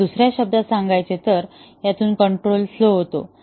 किंवा दुसऱ्या शब्दात सांगायचे तर यातून कंट्रोल फ्लोहोतो